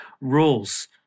rules